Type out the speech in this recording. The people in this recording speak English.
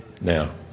Now